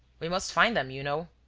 we must find them, you know.